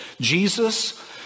Jesus